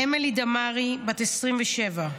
אמילי דמארי, בת 27,